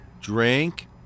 Drink